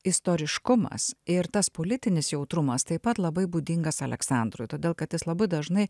istoriškumas ir tas politinis jautrumas taip pat labai būdingas aleksandrui todėl kad jis labai dažnai